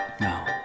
no